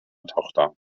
tochter